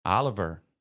Oliver